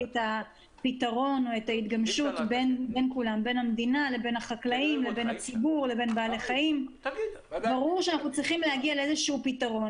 כל מה שביקשתי זה מה שביקשתי קודם.